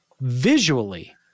visually